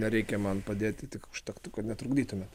nereikia man padėti tik užtektų kad netrukdytumėt